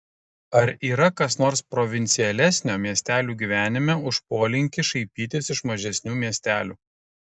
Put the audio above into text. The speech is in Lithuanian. ar yra kas nors provincialesnio miestelių gyvenime už polinkį šaipytis iš mažesnių miestelių